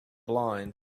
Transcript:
blind